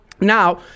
now